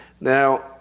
Now